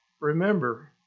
remember